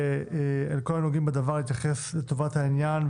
על כל הנוגעים בדבר להתייחס לעניין.